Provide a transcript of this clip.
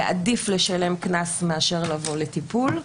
יעדיף לשלם קנס מאשר לבוא לטיפול,